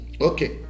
Okay